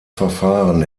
verfahren